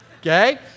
okay